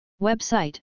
Website